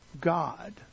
God